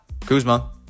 Kuzma